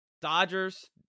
Dodgers